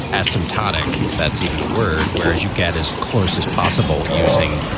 as some tadek, if that's even a word. whereas you get as close as possible using,